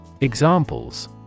Examples